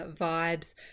vibes